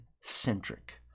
centric